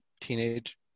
Teenage